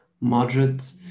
moderate